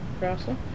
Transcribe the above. Russell